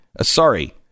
Sorry